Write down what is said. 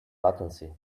latency